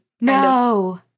No